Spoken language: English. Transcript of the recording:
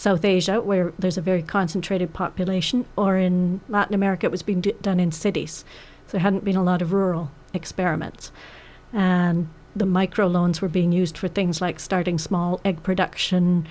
south asia where there's a very concentrated population or in latin america it was being done in cities that had been a lot of rural experiments and the micro loans were being used for things like starting small egg production